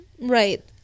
Right